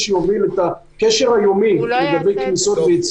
במידה ולמשרד התיירות יהיו קשיים מסוימים לקבל החלטות,